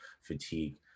fatigue